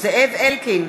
זאב אלקין,